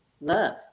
love